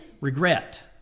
Regret